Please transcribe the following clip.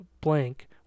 blank